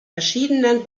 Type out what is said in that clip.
verschiedenen